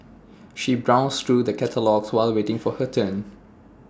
she browsed through the catalogues while waiting for her turn